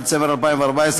9 בדצמבר 2014,